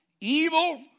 Evil